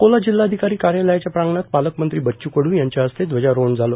अकोला जिल्हाधिकारी कार्यालयाच्या प्रांगणात पालकमंत्री बच्च् कड् यांच्या हस्ते ध्वजारोहण झालं